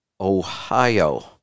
Ohio